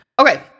Okay